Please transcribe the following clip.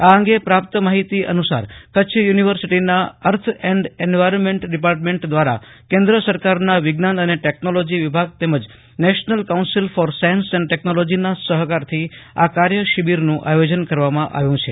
આ અંગે પ્રાપ્ત માહિતી અનુસારકચ્છ યુનિવર્સિટીના અર્થ એન્ડ એન્વાયર્નમેન્ટ વિભાગ દ્વારા કેન્દ્ર સરકારના વિજ્ઞાન અને ટેકનોલોજી વિભાગ તેમજ national council for science and technology communication વિભાગના સહકારથી આ કાર્યશિબિરનું આયોજન કરવામાં આવ્યું છે